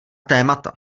témata